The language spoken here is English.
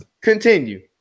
Continue